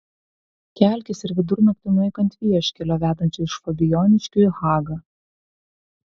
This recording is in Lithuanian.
kelkis ir vidurnaktį nueik ant vieškelio vedančio iš fabijoniškių į hagą